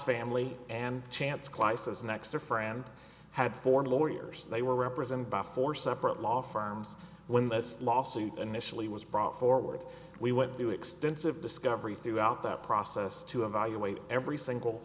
family and chants kleist as next a friend had for lawyers they were represented by four separate law firms when this lawsuit initially was brought forward we went through extensive discovery throughout that process to evaluate every single